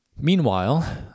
Meanwhile